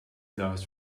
dust